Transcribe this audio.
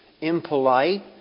impolite